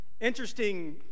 Interesting